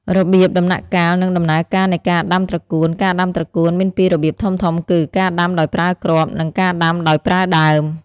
របៀប ដំណាក់កាល និងដំណើរការនៃការដាំត្រកួនការដាំត្រកួនមានពីររបៀបធំៗគឺ ការដាំដោយប្រើគ្រាប់ និង ការដាំដោយប្រើដើម។